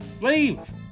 leave